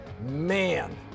man